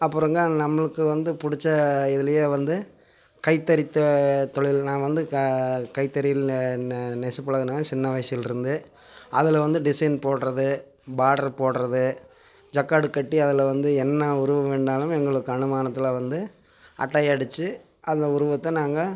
அப்புறங்க நம்மளுக்கு வந்து பிடிச்ச இதிலையே வந்து கைத்தறித்த தொழில் நான் வந்து க கைத்தறியல்ல நெசப் பழகினேன் சின்ன வயசிலருந்தே அதில் வந்து டிசைன் போடுகிறது பாடரு போடுறது ஜக்காடு கட்டி அதில் வந்து என்ன உருவம் வேணுணாலும் எங்களுக்கு அனுமானத்தில் வந்து அட்டையடிச்சி அந்த உருவத்தை நாங்கள்